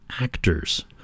actors